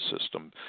system